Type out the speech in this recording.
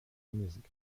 music